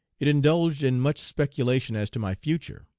it indulged in much speculation as to my future.